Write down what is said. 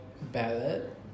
ballad